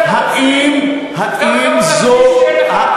איזה שטויות אתה מדבר?